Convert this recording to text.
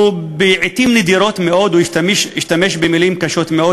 לעתים נדירות מאוד הוא השתמש במילים קשות מאוד